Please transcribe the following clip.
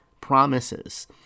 promises